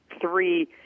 Three